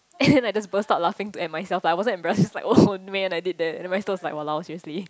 and then I just burst out laughing to at myself but I wasn't embarrassed just like oh man I did that and then my sister was like !walao! seriously